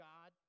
God